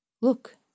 Look